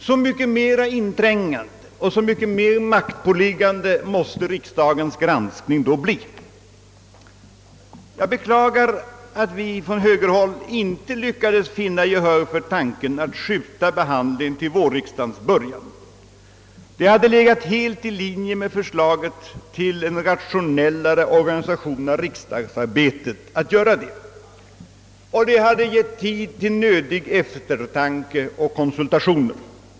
Så mycket mer inträngande och så mycket mer maktpåliggande måste riksdagens granskning då bli. Jag beklagar att vi från högerhåll inte lyckades vinna gehör för tanken att skjuta behandlingen till vårriksdagens början. Det hade legat helt i linje med förslaget till rationalisering av riksdagsarbetet, och det hade givit tid till eftertanke och konsultationer.